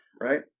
right